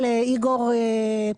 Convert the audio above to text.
איגור מהנדס.